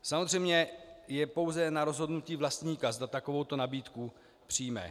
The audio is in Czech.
Samozřejmě je pouze na rozhodnutí vlastníka, zda takovouto nabídku přijme.